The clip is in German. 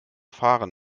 fahren